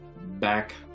back